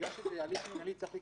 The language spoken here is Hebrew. כל דבר אחר שמנע מהם מלשלם,